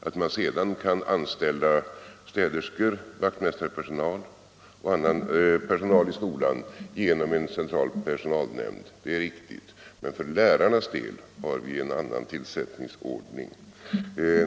Att man kan anställa städerskor, vaktmästare och annan personal i skolan genom en central personalnämnd är riktigt, men för lärarnas del har man en annan tillsättningsordning.